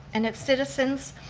and its citizens.